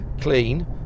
clean